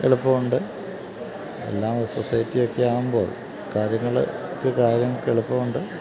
എളുപ്പമുണ്ട് എല്ലാം സൊസൈറ്റിയൊക്കെയാകുമ്പോള് കാര്യങ്ങള്ക്ക് എളുപ്പമുണ്ട്